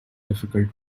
difficult